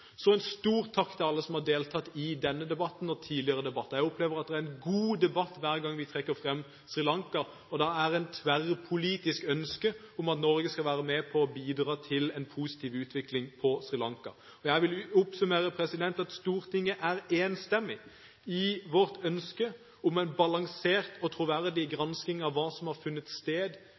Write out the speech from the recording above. Så en stor takk til alle som har deltatt i denne debatten og i tidligere debatter. Jeg opplever at det er en god debatt hver gang vi trekker fram Sri Lanka, og at det er et tverrpolitisk ønske om at Norge skal være med på å bidra til en positiv utvikling på Sri Lanka. Jeg vil oppsummere med at Stortinget er enstemmig i et ønske om en balansert og troverdig gransking av hva som har funnet sted